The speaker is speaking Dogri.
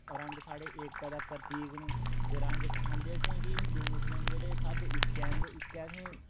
रंग साढ़ी एकता दा प्रतीक न ते रंग सखांदे असेंगी हिंदू मुस्लम जेह्ड़े सब इक्कै न ते इक्कै असेंगी